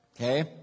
okay